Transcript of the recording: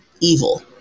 Evil